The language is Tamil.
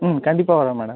ம் கண்டிப்பாக வர்றேன் மேடம்